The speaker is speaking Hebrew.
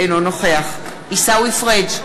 אינו נוכח עיסאווי פריג'